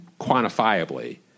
quantifiably